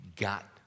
got